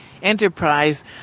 enterprise